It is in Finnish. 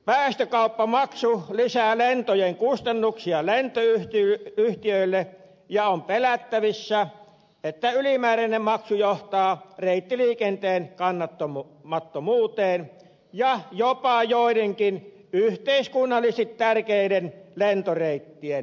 päästökauppamaksu lisää lentojen kustannuksia lentoyhtiöille ja on pelättävissä että ylimääräinen maksu johtaa reittiliikenteen kannattamattomuuteen ja jopa joidenkin yhteiskunnallisesti tärkeiden lentoreittien lopettamiseen